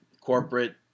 corporate